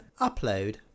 Upload